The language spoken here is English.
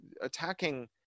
attacking